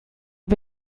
are